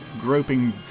groping